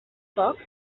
poc